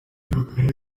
w’akarere